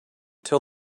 tell